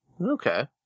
Okay